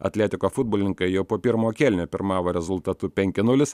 atletiko futbolininkai jau po pirmo kėlinio pirmavo rezultatu penki nulis